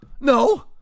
No